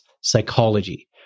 psychology